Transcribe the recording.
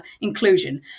inclusion